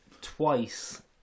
twice